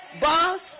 boss